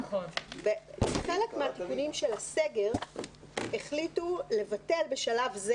בחלק מהתיקונים של הסגר החליטו לבטל בשלב זה